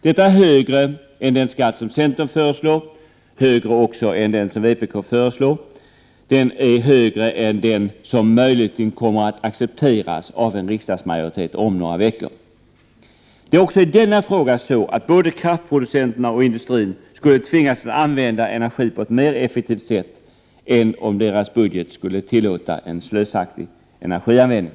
Detta är mer än den skatt som centern föreslår, också mer än den skatt som vpk föreslår och mer än den skatt som möjligen kommer att accepteras av en riksdagsmajoritet om några veckor. Både kraftproducenterna och industrin skulle tvingas att använda energi på ett mer effektivt sätt, om deras budget inte tillät en slösaktig energianvändning.